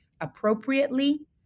appropriately